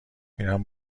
میرم